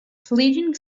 pleading